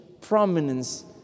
Prominence